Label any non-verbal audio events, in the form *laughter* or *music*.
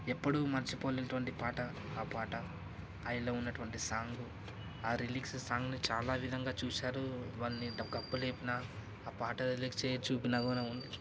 ఎప్పుడు మరిచిపోలేనటువంటి పాట ఆ పాట ఐ లోని ఉన్నటువంటి సాంగ్ ఆ లిరిక్స్ సాంగ్ని చాలా విధంగా చూశారు *unintelligible* ఆ పాటలు లిరిక్స్ చేసి చూపిన